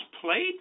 played